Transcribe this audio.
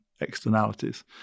externalities